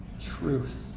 truth